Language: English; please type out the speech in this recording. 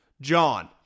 John